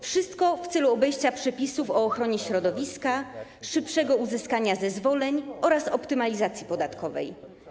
Wszystko w celu obejścia przepisów o ochronie środowiska, szybszego uzyskania zezwoleń oraz optymalizacji podatkowej.